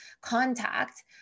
contact